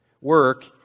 Work